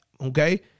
Okay